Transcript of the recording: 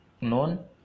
known